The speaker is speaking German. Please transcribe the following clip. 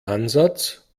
ansatz